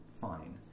fine